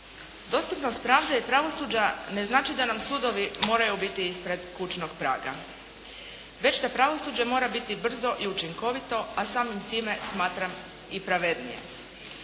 Dostupnost pravde i pravosuđa ne znači da nam sudovi moraju biti ispred kućnog praga, već da pravosuđe mora biti brzo i učinkovito a samim time smatram i pravednije.